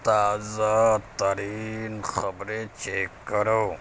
تازہ ترین خبریں چیک کرو